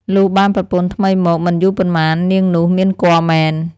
លុះបានប្រពន្ធថ្មីមកមិនយូរប៉ុន្មាន នាងនោះមានគភ៌មែន។